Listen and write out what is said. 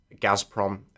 Gazprom